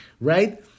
right